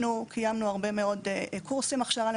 34 פרסמנו את חוזר מנכ"ל 6/2019 להכשרת